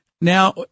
Now